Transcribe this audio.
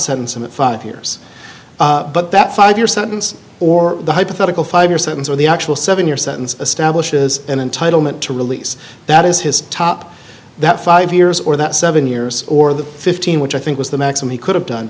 him five years but that five year sentence or the hypothetical five year sentence or the actual seven year sentence establishes an entitlement to release that is his top that five years or that seven years or the fifteen which i think was the maximum he could have done